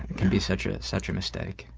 can be such a, such a mistake.